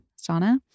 sauna